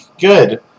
Good